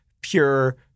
pure